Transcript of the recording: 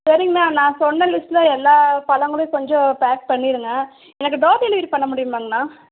சரிங்கண்ணா நான் சொன்ன லிஸ்ட்டில் எல்லா பழங்களும் கொஞ்சம் பேக் பண்ணிடுங்க எனக்கு டோர் டெலிவரி பண்ண முடியுமாங்கண்ணா